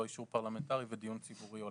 אישור פרלמנטרי ודיון ציבורי הולם.